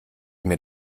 mir